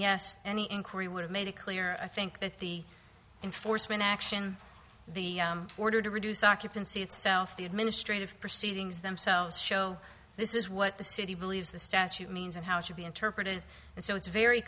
yes any inquiry would have made it clear i think that the enforcement action the order to reduce occupancy itself the administrative proceedings themselves show this is what the city believes the statute means and how it should be interpreted and so it's very